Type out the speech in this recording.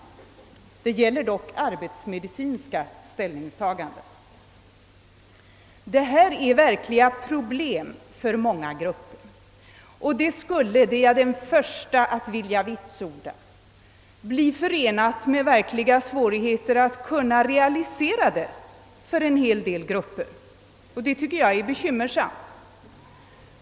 Det gäller dock här arbetsmedicinska ställningstaganden till sådant som är verkliga problem för många grupper. Det skulle — det är jag den första att vilja vitsorda — bli förenat med verkliga svårigheter att för en del grupper realisera förslaget, och det tycker jag är bekymmersamt.